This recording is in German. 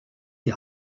die